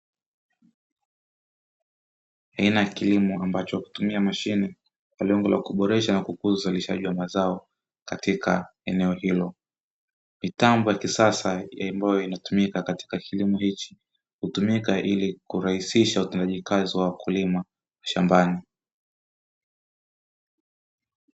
Aina ya kilimo ambacho utumia mashine kwa lengo la kuboresha na kukuza uzalishaji wa mazao katika eneo hilo mitambo ya kisasa ambayo inatumika katika kilimo hichi utumika ilikurahisisha utendaji kazi wa wakulima shambani.